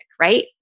right